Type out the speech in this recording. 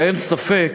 אין ספק